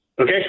Okay